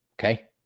Okay